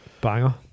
Banger